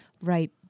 right